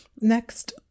Next